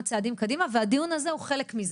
צעדים קדימה והדיון הזה הוא חלק מזה.